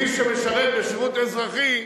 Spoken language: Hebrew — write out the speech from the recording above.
מי שמשרת בשירות אזרחי,